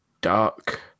dark